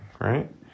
right